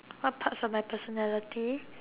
what parts of my personality